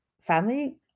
family